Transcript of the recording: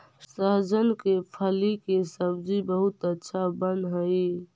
सहजन के फली के सब्जी बहुत अच्छा बनऽ हई